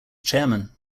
chairman